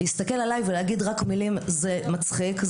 להסתכל עליי ולהגיד "רק מילים" זה מצחיק.